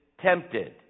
tempted